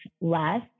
less